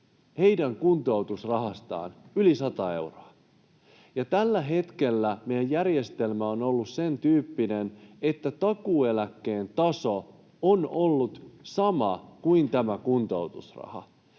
heidän kuntoutusrahastaan yli 100 euroa. Tällä hetkellä meidän järjestelmä on ollut sen tyyppinen, että takuueläkkeen taso on ollut sama kuin tämä kuntoutusraha.